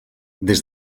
des